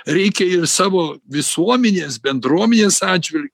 reikia ir savo visuomenės bendruomenės atžvil